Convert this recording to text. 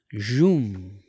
zoom